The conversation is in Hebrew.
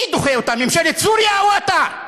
מי דוחה אותה, ממשלת סוריה או אתה,